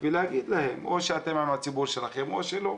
ולהגיד להם, או שאתם עם הציבור שלכם או שלא,